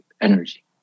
energy